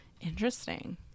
Interesting